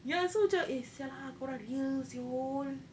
ya so macam eh !siala! kau orang ni real [siol]